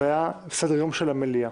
זה היה על סדר-היום של המליאה.